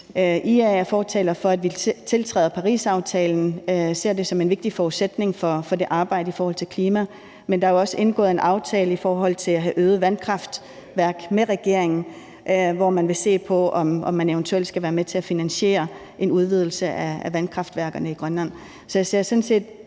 IA er fortaler for, at vi tiltræder Parisaftalen. Vi ser det som en vigtig forudsætning for arbejdet i forhold til klimaet. Men der er jo også indgået en aftale med regeringen i forhold til at have øget vandkraft, hvor man vil se på, om man eventuelt skal være med til at finansiere en udvidelse af vandkraftværkerne i Grønland.